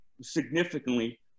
significantly